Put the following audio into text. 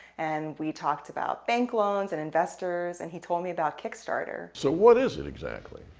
and we talked about bank loans and investors and he told me about kickstarter. so, what is it exactly?